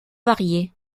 varier